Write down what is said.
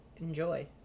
enjoy